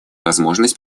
возможность